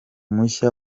mushya